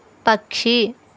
పక్షి